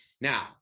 Now